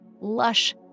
lush